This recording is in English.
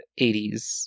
80s